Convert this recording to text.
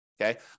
okay